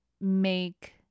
make